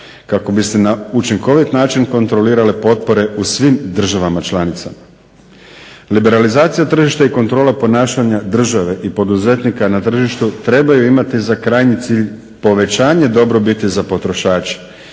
kako bi se na učinkovit način kontrolirale potpore u svim državama članicama. Liberalizacija tržišta i kontrola ponašanja države i poduzetnika na tržištu trebaju imati za krajnji cilj povećanje dobrobiti za potrošače